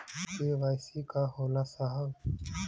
KYC का होला साहब?